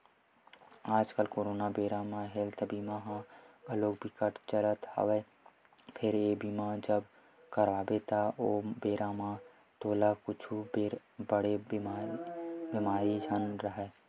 आजकल करोना के बेरा ले हेल्थ बीमा ह घलोक बिकट चलत हवय फेर ये बीमा जब करवाबे त ओ बेरा म तोला कुछु बड़े बेमारी झन राहय